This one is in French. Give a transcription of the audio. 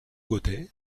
godet